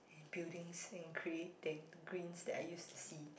buildings and cray than greens that I used to see